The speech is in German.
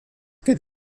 geht